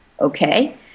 Okay